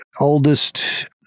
oldest